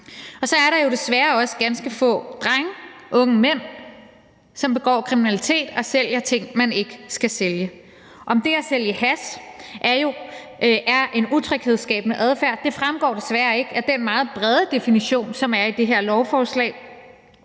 Og så er der jo desværre også ganske få drenge, unge mænd, som begår kriminalitet og sælger ting, man ikke skal sælge. Om det at sælge hash er en utryghedsskabende adfærd, fremgår desværre ikke af den meget brede definition, som er i det her lovforslag,